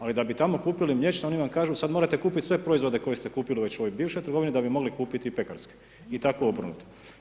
Ali da bi tamo kupili mliječno oni vam kažu sada morate kupiti sve proizvode koje ste kupili već u ovoj bivšoj trgovini da bi mogli kupiti pekarske i tako obrnuto.